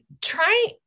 try